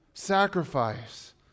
sacrifice